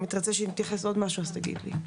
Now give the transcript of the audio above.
אם תרצה שנתייחס לעוד משהו, אז תגיד לי.